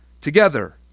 together